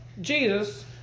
Jesus